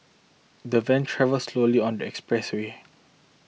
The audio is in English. the van travelled slowly on the expressway